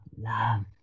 love